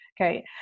okay